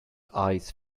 eyes